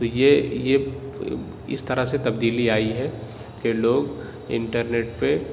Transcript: تو یہ یہ اس طرح سے تبدیلی آئی ہے کہ لوگ انٹرنیٹ پہ